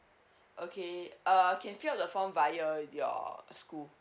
okay uh can fill the form via your school